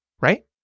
right